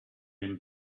him